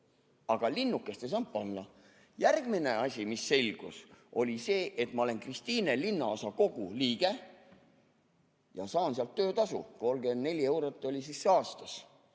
Aga linnukest ei saanud panna. Järgmine asi, mis selgus, oli see, et ma olen Kristiine linnaosakogu liige ja saan sealt töötasu, 34 eurot oli see siis aastas.